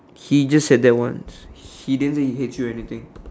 he just said that once he didn't say he hate you or anything